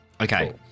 Okay